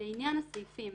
בעניין הסעיפים,